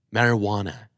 Marijuana